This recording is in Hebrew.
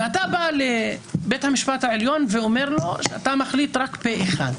אתה בא לבית המשפט העליון ואומר לו שאתה מחליט רק פה אחד.